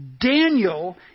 Daniel